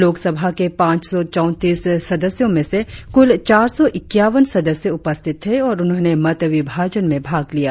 लोकसभा के पाच सौ चौतीस सदस्यों में से कुल चार सौ इक्यावन सदस्य उपस्थित थे और उन्होंने मत विभाजन में भाग लिया